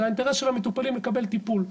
זה האינטרס של המטופלים לקבל טיפול.